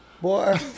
boy